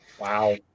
Wow